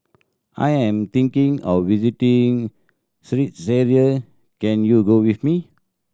I am thinking of visiting Czechia can you go with me